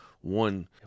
one